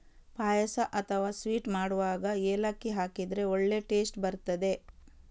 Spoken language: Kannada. ಪಾಯಸ ಅಥವಾ ಸ್ವೀಟ್ ಮಾಡುವಾಗ ಏಲಕ್ಕಿ ಹಾಕಿದ್ರೆ ಒಳ್ಳೇ ಟೇಸ್ಟ್ ಬರ್ತದೆ